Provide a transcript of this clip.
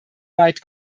weit